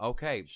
Okay